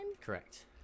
correct